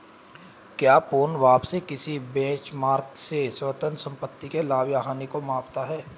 क्या पूर्ण वापसी किसी बेंचमार्क से स्वतंत्र संपत्ति के लाभ या हानि को मापता है?